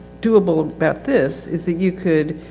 doable about this is that you could,